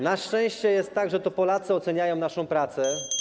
Na szczęście jest tak, że to Polacy oceniają naszą pracę.